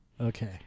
Okay